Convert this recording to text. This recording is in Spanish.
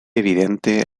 evidente